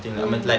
mm